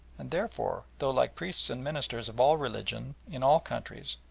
and therefore, though like priests and ministers of all religions in all countries,